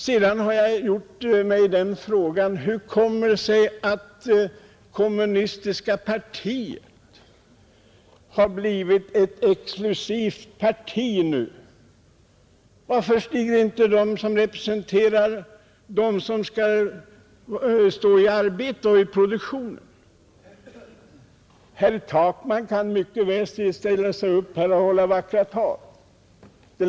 Jag har också ställt mig frågan hur det kommer sig att kommunistiska partiet har blivit så exklusivt. Varför stiger inte de upp som representerar dem som står i produktionen? Herr Takman har hållit vackra tal.